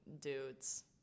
dudes